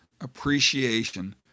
appreciation